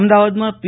અમદાવાદમાં પી